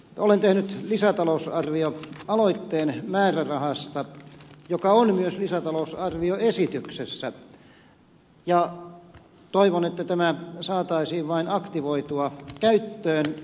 olen tehnyt lisätalousarvioaloitteen määrärahasta joka on myös lisätalousarvioesityksessä ja toivon että tämä saataisiin vain aktivoitua käyttöön